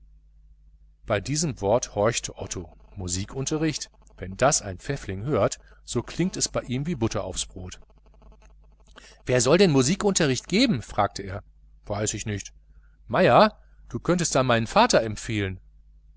bei diesem wort horchte otto musikunterricht wenn das ein pfäffling hört so klingt es ihm wie butter aufs brot wer soll den musikunterricht geben fragte er weiß ich nicht meier da könntest du meinen vater empfehlen